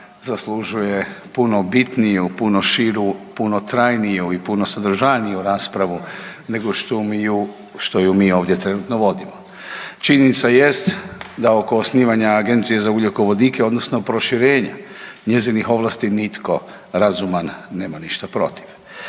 zaslužuje puno bitniju, puno širu, puno trajniju i puno sadržajniju raspravu nego što ju, što ju mi ovdje trenutno vodimo. Činjenica jest da oko osnivanja Agencije za ugljikovodike odnosno proširenja njezinih ovlasti nitko razuman nema ništa protiv.